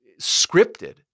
scripted